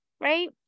Right